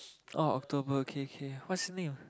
oh October K K what's the name